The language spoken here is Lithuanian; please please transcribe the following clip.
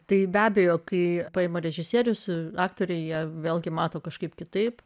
tai be abejo kai paima režisierius aktoriai jie vėlgi mato kažkaip kitaip